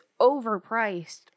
overpriced